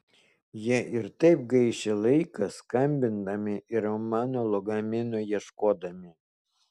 jie ir taip gaišę laiką skambindami ir mano lagamino ieškodami